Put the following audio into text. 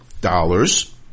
dollars